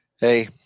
hey –